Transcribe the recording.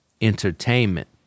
entertainment